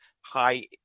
high